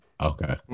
Okay